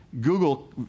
Google